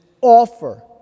offer